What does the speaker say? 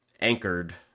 anchored